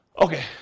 Okay